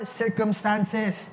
circumstances